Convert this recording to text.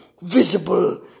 visible